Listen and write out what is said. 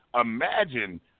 imagine